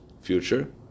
future